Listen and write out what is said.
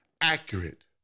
accurate